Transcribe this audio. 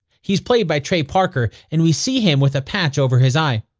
he's played by trey parker, and we see him with a patch over his eye.